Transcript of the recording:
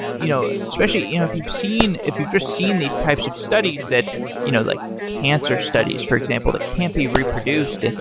you know especially, you know if you've if you've just seen these types of studies that you know like cancer studies, for example, that can't be reproduced. and